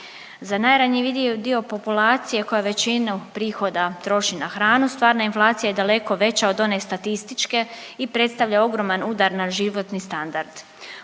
Za najranjiviji dio populacije koja većinu prihoda troši na hranu, stvarna inflacija je daleko veća od one statističke i predstavlja ogroman udar na životni standard.